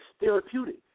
therapeutic